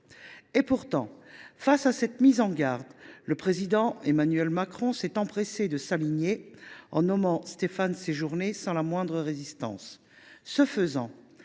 Pourtant, face à cette mise en garde, le président Emmanuel Macron s’est empressé de s’aligner, en nommant Stéphane Séjourné sans la moindre résistance.